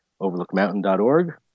overlookmountain.org